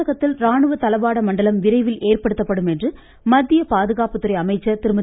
தமிழ்நாட்டில் ராணுவ தளவாட மண்டலம் விரைவில் ஏற்படுத்தப்படும் என்று மத்திய பாதுகாப்பு துறை அமைச்சர் திருமதி